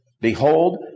Behold